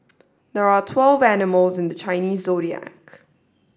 there are twelve animals in the Chinese Zodiac